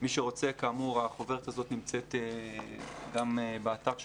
מי שרוצה, כאמור, החוברת הזאת נמצאת גם באתר שלנו.